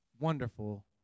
wonderful